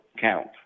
count